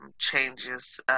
changes